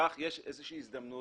שלאזרח יש איזו הזדמנות